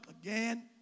again